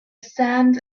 sand